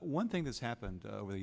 one thing that's happened over the